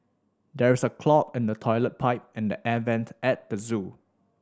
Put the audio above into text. there is a clog in the toilet pipe and the air vents at the zoo